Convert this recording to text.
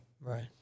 Right